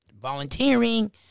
volunteering